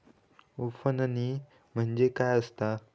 उफणणी म्हणजे काय असतां?